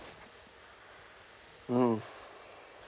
hmm